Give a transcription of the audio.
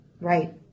Right